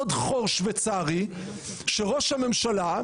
עוד חור שוויצרי ראש הממשלה,